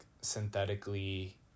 synthetically